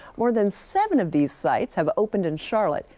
more than seven of these sites have opened in charlotte.